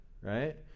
right